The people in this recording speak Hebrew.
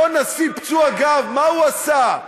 אותו נשיא פצוע גב, מה הוא עשה?